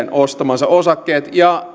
ostamansa osakkeet